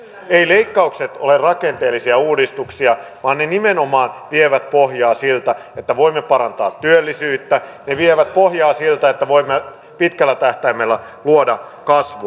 eivät leikkaukset ole rakenteellisia uudistuksia vaan ne nimenomaan vievät pohjaa siltä että voimme parantaa työllisyyttä ne vievät pohjaa siltä että voimme pitkällä tähtäimellä luoda kasvua